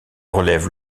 relève